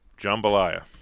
jambalaya